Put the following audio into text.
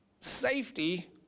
safety